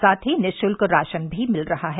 साथ ही निःशुल्क राशन भी मिल रहा है